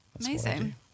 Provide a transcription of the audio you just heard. amazing